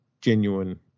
genuine